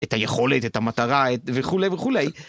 את היכולת, את המטרה, וכולי וכולי.